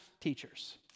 teachers